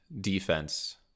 defense